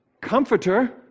comforter